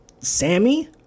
Sammy